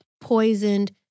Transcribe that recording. poisoned